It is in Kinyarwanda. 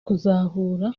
kuzahura